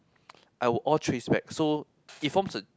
I would all chase back of it forms a